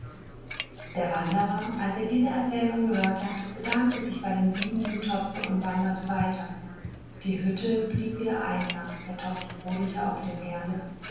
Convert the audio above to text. der wanderer als er diese erzählung gehört hatte bedankte sich bei dem siedenden topfe und wanderte weiter die hütte blieb wieder einsam der topf brodelte auf dem herde